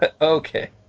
Okay